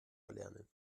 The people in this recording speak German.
erlernen